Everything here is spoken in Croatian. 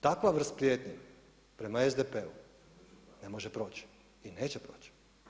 Takva vrsta prijetnje prema SDP-u ne može proći i neće proći.